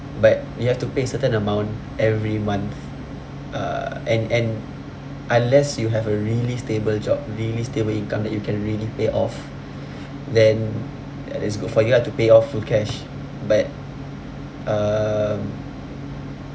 but you have to pay certain amount every month uh and and unless you have a really stable job really stable income that you can really pay off then and it's good for you lah to pay off full cash but um